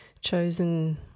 chosen